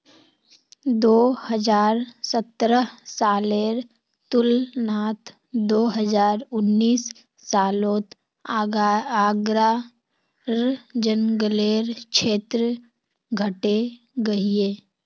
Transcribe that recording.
दो हज़ार सतरह सालेर तुलनात दो हज़ार उन्नीस सालोत आग्रार जन्ग्लेर क्षेत्र घटे गहिये